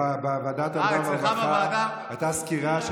בוועדת העבודה והרווחה הייתה סקירה של